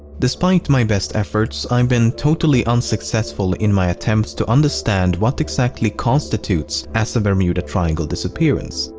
despite my best efforts i've been totally unsuccessful in my attempts to understand what exactly constitutes as a bermuda triangle disappearance.